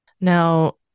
Now